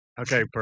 Okay